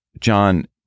John